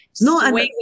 No